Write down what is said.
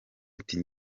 ati